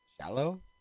Shallow